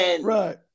Right